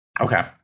Okay